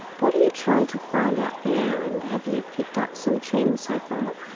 what are you trying to find out there and have you picked up some trends so far?